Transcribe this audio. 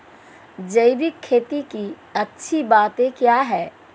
जैविक खेती की अच्छी बातें क्या हैं?